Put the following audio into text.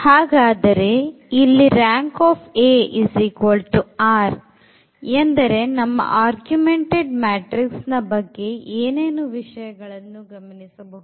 ಹಾಗಾದರೆ Rank r ಎಂದರೆ ನಮ್ಮ ಆಗುಮೆಂಟೆಡ್ ಮ್ಯಾಟ್ರಿಕ್ಸ್ ನ ಬಗ್ಗೆ ಏನೇನು ವಿಷಯಗಳನ್ನು ಗಮನಿಸಬಹುದು